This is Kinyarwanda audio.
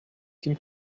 kim